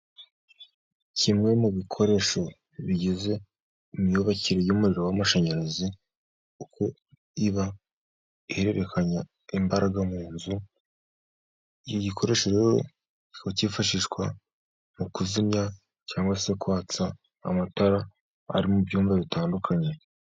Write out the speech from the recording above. Kimwe mu bikoresho bigize imyubakire y'umuriro w'amashanyarazi, uko iba ihererekanya imbaraga mu nzu, iki gikoresho rero kikaba cyifashishwa mu kuzimya cyangwa se kwatsa amatara ari mu byumba bitandukanye.